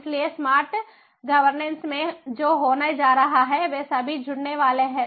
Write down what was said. इसलिए smart governance में जो होने जा रहा है वे सभी जुड़ने वाले हैं